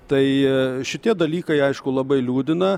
tai šitie dalykai aišku labai liūdina